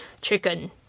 chicken